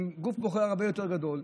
עם גוף בוחר הרבה יותר גדול,